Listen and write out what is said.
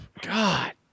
God